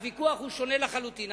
הוויכוח הוא שונה לחלוטין.